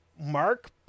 Mark